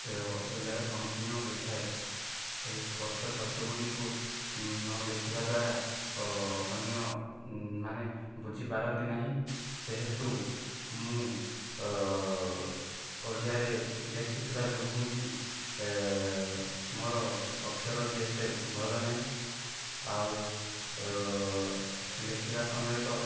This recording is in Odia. ଏ ଓ ଅସୁବିଧାର ସମ୍ମୁଖୀନ ହୋଇଥାଏ ଏହି କଷ୍ଟ ଶବ୍ଦଗୁଡ଼ିକୁ ନ ଲେଖିବା ଦ୍ୱାରା ଅନ୍ୟ ମାନେ ବୁଝି ପାରନ୍ତି ନାହିଁ ଯେହେତୁ ମୁଁ ଓଡ଼ିଆରେ ଲେଖିଥିବା ଯୋଗୁଁ ବି ମୋର ଅକ୍ଷର ବି ଏତେ ଭଲ ନାହିଁ ଆଉ ଲେଖିବା ସମୟ ତ